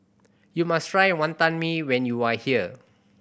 you must try Wonton Mee when you are here